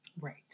Right